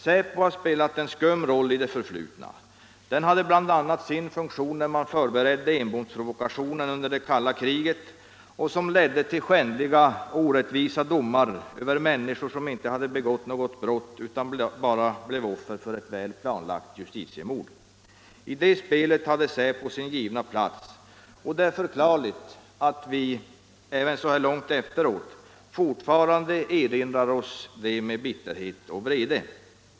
Säpo har spelat en skum roll i det förflutna. Organisationen hade bl.a. sin funktion när man förberedde Enbomsprovokationen under det kalla kriget och som ledde till skändliga och orättvisa domar över människor som inte hade begått något brott, utan bara blev offer för ett väl planlagt justitiemord. I det spelet hade säpo sin givna plats. Det är förklarligt att vi — även så här långt efteråt — fortfarande erinrar oss detta med både bitterhet och vrede.